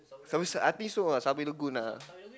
Sunway I think so ah Sunway-Lagoon ah